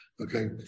Okay